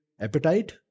appetite